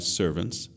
servants